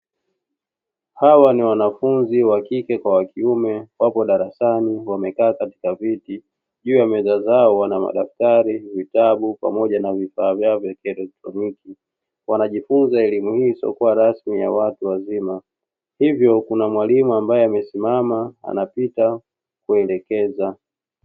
Hawa ni wanafunzi wa kike kwa wakiume wako darasani wamekaa katika viti, juu ya meza zao wana madaftari, vitabu pamoja na vifaa vyao vya kielektroniki. Wanajifunza elimu hii isiokua rasmi ya watu wazima, hivyo kuna mwalimu aliyesimama anapita kuelekeza.